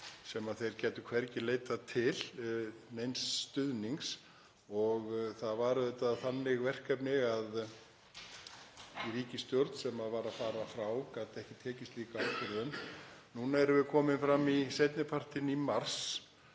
en þeir gætu hvergi leitað neins stuðnings. Það var auðvitað þannig verkefni að ríkisstjórn sem var að fara frá gat ekki tekið slíka ákvörðun. Núna erum við komin fram í seinni partinn í mars